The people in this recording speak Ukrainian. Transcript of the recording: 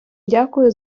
дякую